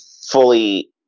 fully